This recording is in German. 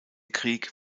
krieg